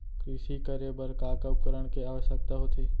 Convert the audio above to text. कृषि करे बर का का उपकरण के आवश्यकता होथे?